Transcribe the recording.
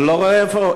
אני לא רואה איפה.